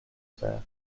sir